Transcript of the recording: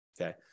okay